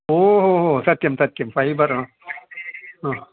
ओ हो हो सत्यं सत्यं फ़ैबर् ह